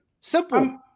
Simple